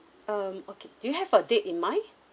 um okay do you have a date in mind